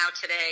today